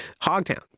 Hogtown